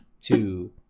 two